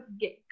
get